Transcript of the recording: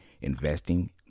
investing